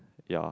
ya